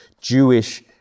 Jewish